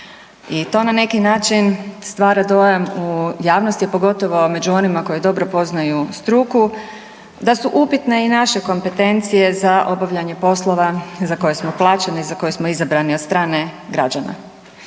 I to na neki način stvara dojam u javnosti, a pogotovo među onima koji dobro poznaju struku, da su upitne i naše kompetencije za obavljanje poslova za koje smo plaćeni i za koje smo izabrani od strane građana.